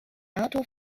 outdoor